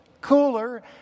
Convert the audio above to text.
cooler